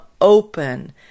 open